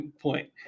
point